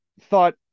thought